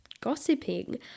gossiping